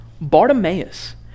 Bartimaeus